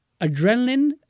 adrenaline